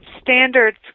standards